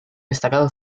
destacado